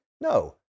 no